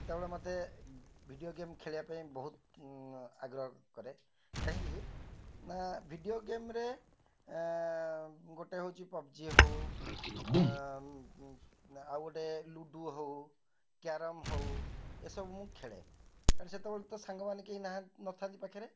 ସେତେବେଳେ ମୋତେ video game ଖେଳିବା ପାଇଁ ବହୁତ ଆଗ୍ରହ କରେ କାହିଁକି ନା ଭିଡ଼ିଓ ଗେମ୍ରେ ଗୋଟେ ହେଉଛି ପପ୍ଜି ହେଉ ଆଉ ଗୋଟେ ଲୁଡ଼ୁ ହେଉ କ୍ୟାରମ୍ ହେଉ ଏସବୁ ମୁଁ ଖେଳେ କାରଣ ସେତେବେଳେ ତ ସାଙ୍ଗମାନେ କେହି ନଥାନ୍ତି ପାଖରେ